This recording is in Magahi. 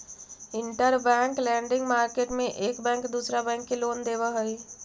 इंटरबैंक लेंडिंग मार्केट में एक बैंक दूसरा बैंक के लोन देवऽ हई